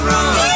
Run